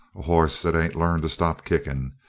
a hoss that ain't learned to stop kicking.